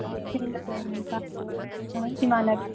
ꯏꯁꯤꯡꯒ ꯂꯩꯔꯒ ꯑꯥ ꯏꯃꯥꯅ